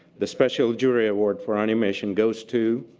the special jury award for animation goes to